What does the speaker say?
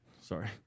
Sorry